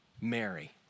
Mary